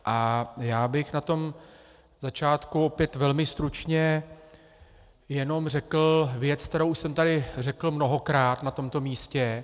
A já bych na začátku opět velmi stručně jenom řekl věc, kterou už jsem tady řekl mnohokrát na tomto místě.